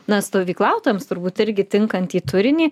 na stovyklautojams turbūt irgi tinkantį turinį